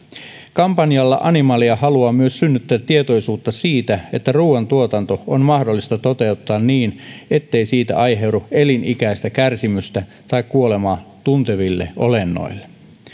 kampanjalla animalia haluaa myös synnyttää tietoisuutta siitä että ruuantuotanto on mahdollista toteuttaa niin ettei siitä aiheudu elinikäistä kärsimystä tai kuolemaa tunteville olennoille